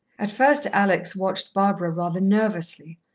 at first alex watched barbara rather nervously,